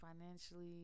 financially